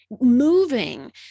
moving